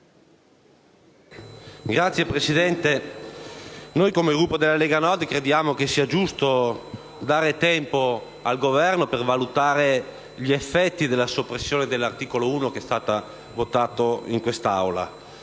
Signor Presidente, noi del Gruppo della Lega Nord riteniamo sia giusto dare tempo al Governo per valutare gli effetti della soppressione dell'articolo 1, votata in quest'Aula.